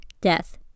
death